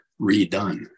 redone